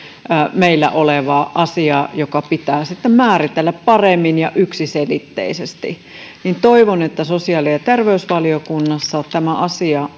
meillä oleva asia joka pitää sitten määritellä paremmin ja yksiselitteisesti toivon että sosiaali ja terveysvaliokunnassa tämä asia